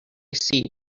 see